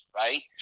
right